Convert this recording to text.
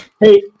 Hey